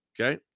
okay